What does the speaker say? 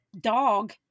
dog